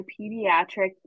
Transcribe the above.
pediatric